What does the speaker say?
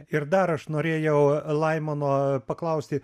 ir dar aš norėjau laimono paklausti